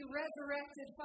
resurrected